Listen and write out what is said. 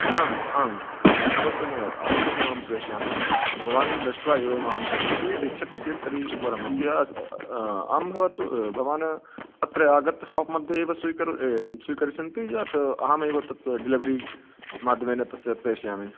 आम् आम् अवश्यमेव अवश्यमेव अहं प्रेषयामि भवान् दृष्ट्वा एवं मां सूचयतु यदि इच्छति चेत् तर्हि वरं स्यात् आं भवतु भवान् अत्र आगत्य शाप् मध्ये एव स्वीकरो स्वीकरिष्यति यत् अहमेव तत् डिलेवरी माध्यमेन तस्य प्रेषयामि